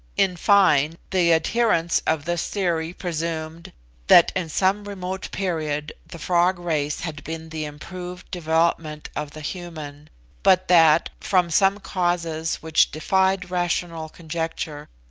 in fine, the adherents of this theory presumed that in some remote period the frog race had been the improved development of the human but that, from some causes which defied rational conjecture,